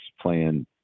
playing